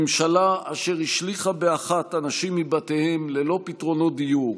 ממשלה אשר השליכה באחת אנשים מבתיהם ללא פתרונות דיור,